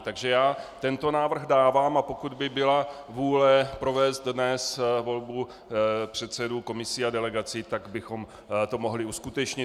Takže tento návrh dávám, a pokud by byla vůle provést dnes volbu předsedů komisí a delegací, tak bychom to mohli uskutečnit.